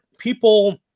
People